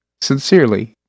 Sincerely